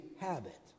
habit